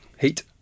Heat